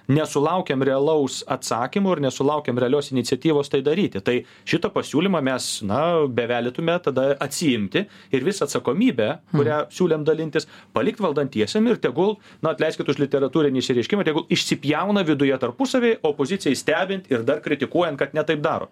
nesulaukėm realaus atsakymo ir nesulaukėm realios iniciatyvos tai daryti tai šitą pasiūlymą mes na bevelytume tada atsiimti ir visą atsakomybę kurią siūlėm dalintis palikt valdantiesiem ir tegul na atleiskit už literatūrinį išreiškimą tegu išsipjauna viduje tarpusavy opozicijai stebint ir dar kritikuojant kad ne taip daro